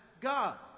God